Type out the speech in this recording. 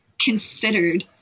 considered